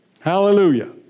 Hallelujah